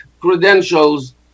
credentials